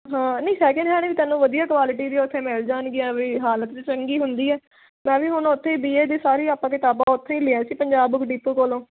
ਹਾਂ ਨਹੀਂ second hand ਵੀ ਤੈਨੂੰ ਵਧੀਆ ਕੁਆਲਿਟੀ ਦੀ ਉੱਥੇ ਮਿਲ ਜਾਣਗੀਆਂ ਵੀ ਹਾਲਤ 'ਚ ਚੰਗੀ ਹੁੰਦੀ ਹੈ ਮੈਂ ਵੀ ਹੁਣ ਉੱਥੇ ਬੀ ਏ ਦੀ ਸਾਰੀ ਆਪਾਂ ਕਿਤਾਬਾਂ ਉੱਥੇ ਹੀ ਲਈਆਂ ਸੀ ਪੰਜਾਬ ਡੀਪੂ ਕੋਲੋਂ